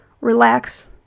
Relax